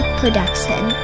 production